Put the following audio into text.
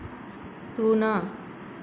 ଶୂନ